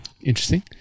Interesting